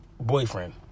Boyfriend